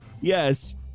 yes